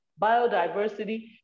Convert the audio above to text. biodiversity